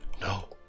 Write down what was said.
No